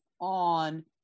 on